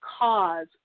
cause